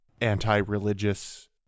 anti-religious